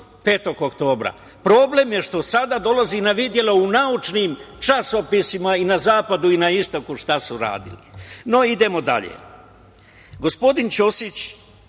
5. oktobra. Problem je što sada dolazi na videlo u naučnim časopisima i na zapadu i na istoku šta su radili.No, idemo dalje. Gospodin Ćosić